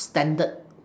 standard